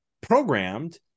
programmed